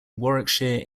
warwickshire